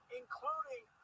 including